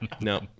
No